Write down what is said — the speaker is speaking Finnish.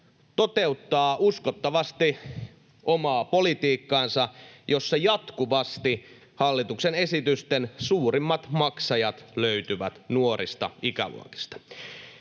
toteuttaa uskottavasti omaa politiikkaansa, jossa jatkuvasti hallituksen esitysten suurimmat maksajat löytyvät nuorista ikäluokista.